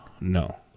No